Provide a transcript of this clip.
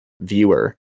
viewer